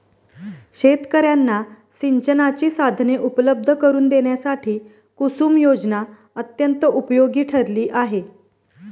शेतकर्यांना सिंचनाची साधने उपलब्ध करून देण्यासाठी कुसुम योजना अत्यंत उपयोगी ठरली आहे